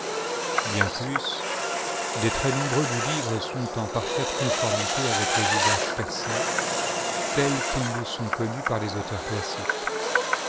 bien plus des traits nombreux du livre sont en parfaite conformité avec les usages persans tels qu'ils nous sont connus par les auteurs classiques